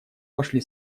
вошли